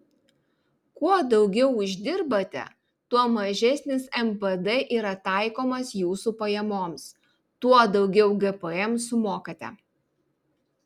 kuo daugiau uždirbate tuo mažesnis npd yra taikomas jūsų pajamoms tuo daugiau gpm sumokate